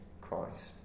Christ